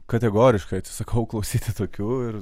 kategoriškai atsisakau klausyti tokių ir